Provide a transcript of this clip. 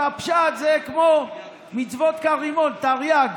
הפשוט זה מצוות כרימון, תרי"ג.